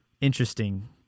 interesting